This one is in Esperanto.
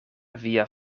via